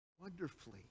wonderfully